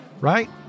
right